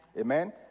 Amen